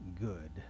good